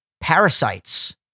parasites